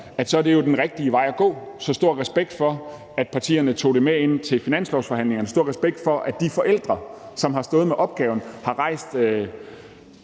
så er det den rigtige vej at gå. Så stor respekt for, at partierne tog det med ind til finanslovsforhandlingerne, og stor respekt for, at de forældre, som har stået med opgaven, har rejst